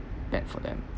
dep for them